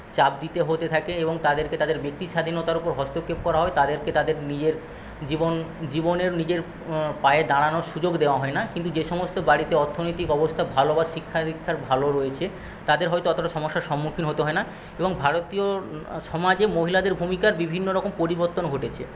চাপ দিতে হতে থাকে এবং তাদেরকে তাদের ব্যক্তি স্বাধীনতার ওপর হস্তক্ষেপ করা হয় তাদেরকে তাদের নিজের জীবন জীবনের নিজের পায়ে দাঁড়ানোর সুযোগ দেওয়া হয় না কিন্তু যে সমস্ত বাড়িতে অর্থনৈতিক অবস্থা ভালো বা শিক্ষাদীক্ষা ভালো রয়েছে তাদের হয়তো অতটা সমস্যার সম্মুখীন হতে হয় না এবং ভারতীয় সমাজে মহিলাদের ভূমিকার বিভিন্নরকম পরিবর্তন ঘটেছে